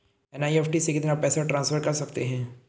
NEFT से कितना पैसा ट्रांसफर कर सकते हैं?